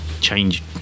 change